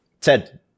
Ted